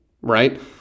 right